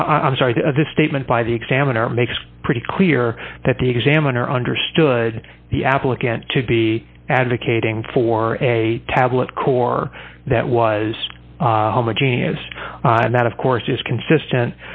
i'm sorry this statement by the examiner makes pretty clear that the examiner understood the applicant to be advocating for a tablet core that was homogeneous and that of course is consistent